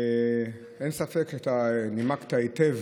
אין ספק שאתה נימקת היטב